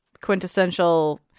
quintessential